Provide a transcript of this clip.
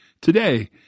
today